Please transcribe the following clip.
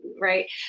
right